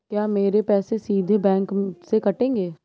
क्या मेरे पैसे सीधे बैंक से कटेंगे?